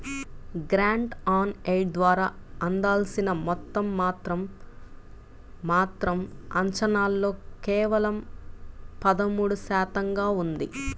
grant on aid ద్వారా అందాల్సిన మొత్తం మాత్రం మాత్రం అంచనాల్లో కేవలం పదమూడు శాతంగా ఉంది